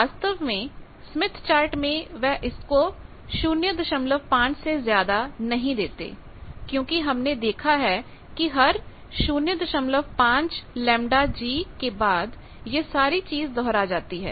वास्तव में Smith chart में वह इसको 05 से ज्यादा नहीं देते क्योंकि हमने देखा है कि हर 05 λg के बाद यह सारी चीज दोहरा जाती है